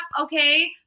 Okay